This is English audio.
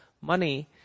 money